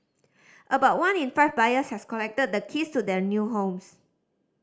about one in five buyers has collected the keys to their new homes